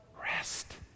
rest